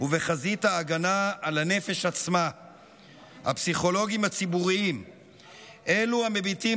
ובכל יום מצטרפים עוד חיילים גיבורים לרשימה המתארכת של הנופלים